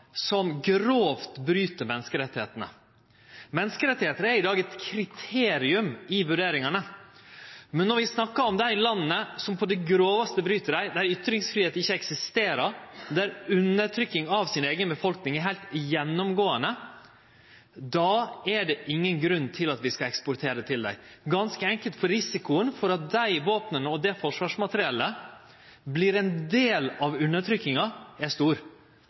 som grovt bryt menneskerettane. Menneskerettar er i dag eit kriterium i vurderingane. Men når vi snakkar om dei landa som på det grovaste bryt dei – land der ytringsfridom ikkje eksisterer, der undertrykking av eiga befolkning er heilt gjennomgåande – då er det ingen grunn til at vi skal eksportere til dei landa, ganske enkelt fordi risikoen for at dei våpna og det forsvarsmateriellet vert ein del av undertrykkinga, er stor.